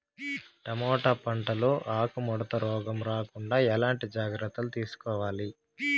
Tomato పంట లో ఆకు ముడత రోగం రాకుండా ఎట్లాంటి జాగ్రత్తలు తీసుకోవాలి?